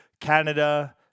Canada